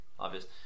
Obvious